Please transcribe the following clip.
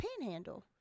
panhandle